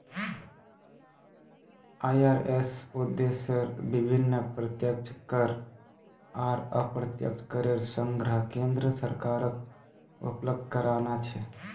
IRS उद्देश्य विभिन्न प्रत्यक्ष कर आर अप्रत्यक्ष करेर संग्रह केन्द्र सरकारक उपलब्ध कराना छे